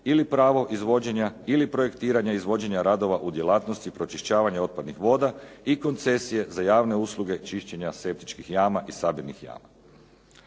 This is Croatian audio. ili pravo izvođenja ili projektiranja izvođenja radova u djelatnosti pročišćavanja otpadnih voda i koncesije za javne usluge čišćenja septičkih jama i sabirnih jama.